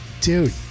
dude